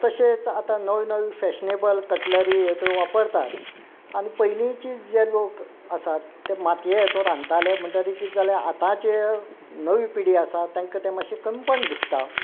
तशेंच आतां नव्यो नवी फॅशनेबल कटलरी हें त्यो वापरतात आनी पयलींची जे लोक आसात ते मातये हितू रानताले म्हणटरी कितें जालें आतांचें नवी पिडी आसा तांकां तें मातशें कमीपण दिसता